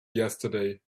yesterday